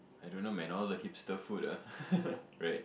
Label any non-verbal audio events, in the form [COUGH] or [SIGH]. I don't know man all the hipster food ah [LAUGHS] right